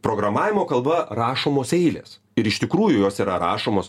programavimo kalba rašomos eilės ir iš tikrųjų jos yra rašomos